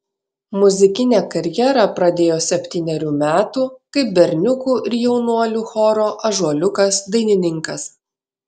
muzikinę karjerą pradėjo septynerių metų kaip berniukų ir jaunuolių choro ąžuoliukas dainininkas